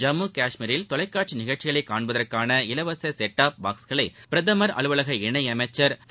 ஜம்மு கஷ்மீரில் தொலைக்காட்சி நிகழ்ச்சிகளைக் காண்பதற்கான இலவச செட் டாப் பாக்ஸ்களை பிரதமர் அலுவலக இணையமைச்சர் திரு